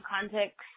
context